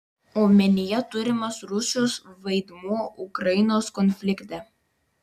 omenyje turimas rusijos vaidmuo ukrainos konflikte